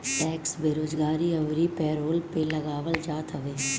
tax बेरोजगारी अउरी payroll पे लगावल जात हवे